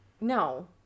No